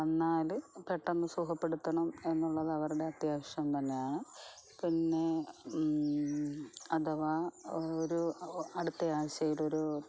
വന്നാൽ പെട്ടന്ന് സുഖപ്പെടുത്തണം എന്നുള്ളത് അവരുടെ അത്യാവശ്യം തന്നെയാണ് പിന്നെ അഥവാ ഒരു അടുത്ത ആഴ്ചയിലൊരു